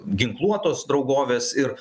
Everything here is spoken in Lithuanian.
ginkluotos draugovės ir